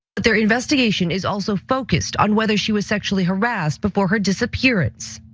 but their investigation is also focused on whether she was sexually harassed, before her disappearance.